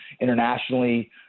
internationally